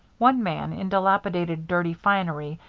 one man, in dilapidated, dirty finery,